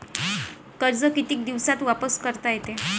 कर्ज कितीक दिवसात वापस करता येते?